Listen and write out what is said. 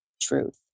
truth